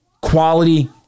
quality